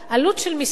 עלות של משרה,